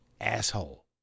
asshole